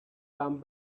come